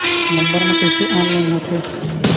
Number मा कइसे online होथे?